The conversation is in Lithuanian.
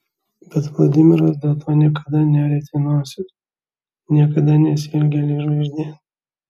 bet vladimiras dėl to niekada nerietė nosies niekada nesielgė lyg žvaigždė